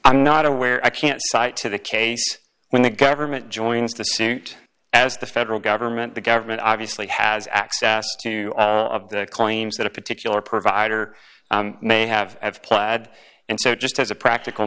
i'm not aware i can't cite to the case when the government joins the suit as the federal government the government obviously has access to all of the claims that a particular provider may have plaid and so just as a practical